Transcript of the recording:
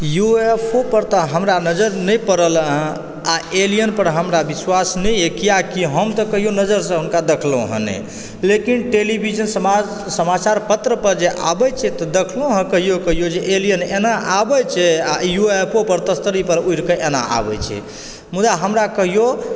U F O पर तऽ हमरा नजर नहि पड़ल हँ आ एलियन पर हमरा विश्वास नहि अछि किआकि हम तऽ कहिओ नजरसँ हुनका देखलहुँ हँ नहि लेकिन टेलिविजन समाचार पत्र पर जे आबैत छै तऽ देखलहुँ हुँ कहिओ कहिओ जे एलियन एना आबैत छै आओर यू एफ ओ पर तश्तरी पर उड़िकऽ एना आबैत छै मुदा हमरा कहिओ